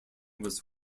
was